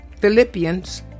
Philippians